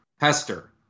Hester